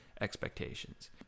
expectations